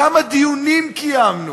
כמה דיונים קיימנו,